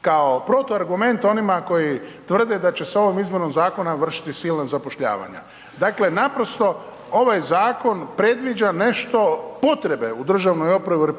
Kao protuargument onima koji tvrde da će se se ovim izbornim zakonom vršiti silna zapošljavanja. Dakle, naprosto ovaj zakon predviđa nešto, potrebe, u državnoj upravi u RH,